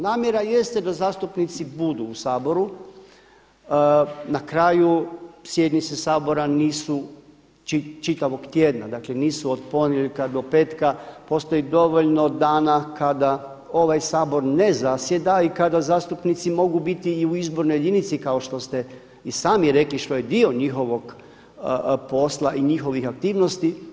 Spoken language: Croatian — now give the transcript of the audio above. Namjera jeste da zastupnici budu u Saboru na kraju sjednice Sabora nisu čitavog tjedna, dakle nisu od ponedjeljka do petka, postoji dovoljno dana kada ovaj Sabor ne zasjeda i kada zastupnici mogu biti i u izbornoj jedinici kao što ste i sami rekli što je dio njihovog posla i njihovih aktivnosti.